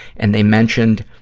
and they mentioned,